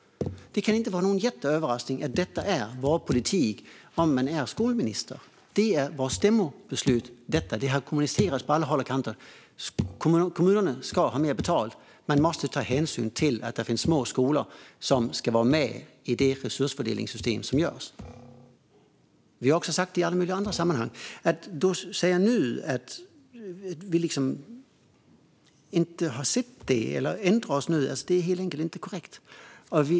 Det kan inte vara någon jätteöverraskning att detta är vår politik om man är skolminister. Detta var ett stämmobeslut, och det har kommunicerats på alla håll och kanter. Kommunerna ska ha mer betalt. Man måste ha hänsyn till att det finns små skolor som ska vara med i det resursfördelningssystem som finns. Vi har också sagt detta i alla möjliga andra sammanhang. Att nu säga att vi inte har sett detta eller att vi har ändrat oss är helt enkelt inte korrekt.